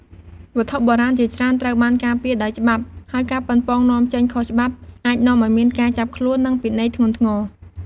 វត្ថុបុរាណជាច្រើនត្រូវបានការពារដោយច្បាប់ ហើយការប៉ុនប៉ងនាំចេញខុសច្បាប់អាចនាំឲ្យមានការចាប់ខ្លួន និងពិន័យធ្ងន់ធ្ងរ។